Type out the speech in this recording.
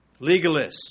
legalists